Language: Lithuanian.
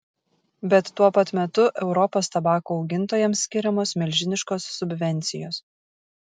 bet tuo pat metu europos tabako augintojams skiriamos milžiniškos subvencijos